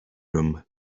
room